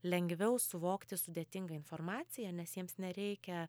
lengviau suvokti sudėtingą informaciją nes jiems nereikia